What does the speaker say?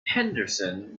henderson